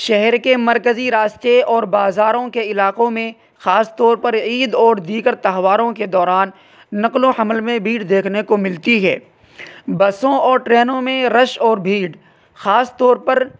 شہر کے مرکزی راستے اور بازاروں کے علاقوں میں خاص طور پر عید اور دیگر تہواروں کے دوران نقل و حمل میں بھیڑ دیکھنے کو ملتی ہے بسوں اور ٹرینوں میں رش اور بھیڑ خاص طور پر